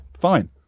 fine